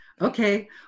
Okay